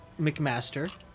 McMaster